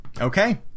Okay